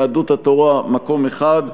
יהדות התורה: מקום אחד.